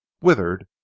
withered